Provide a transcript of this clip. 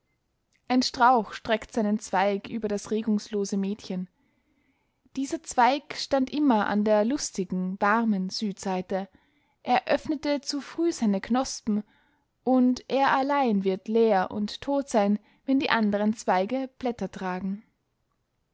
ein strauch streckt seinen zweig über das regungslose mädchen dieser zweig stand immer an der lustigen warmen südseite er öffnete zu früh seine knospen und er allein wird leer und tot sein wenn die andern zweige blätter tragen